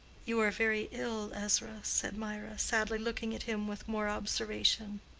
you are very ill, ezra, said mirah, sadly looking at him with more observation.